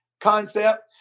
concept